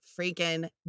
freaking